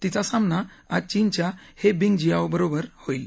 तिचा सामना आज चीनच्या हे बिंगजियाओ बरोबर होईल